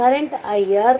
ಇಲ್ಲಿ current iR